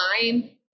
time